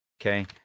okay